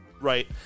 right